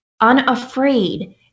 unafraid